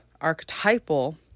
archetypal